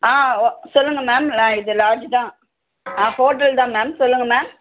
ஆ ஒ சொல்லுங்கள் மேம் ல இது லார்ஜ்ஜி தான் ஆ ஹோட்டல் தான் மேம் சொல்லுங்கள் மேம்